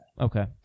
Okay